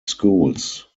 schools